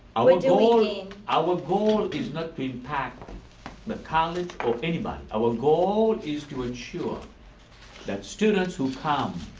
ah and i mean our goal is not to impact the college or anybody. our goal is to ensure that students who come